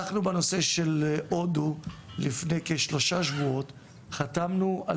אנחנו בנושא של הודו לפני כשלושה שבועות חתמנו על